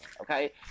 okay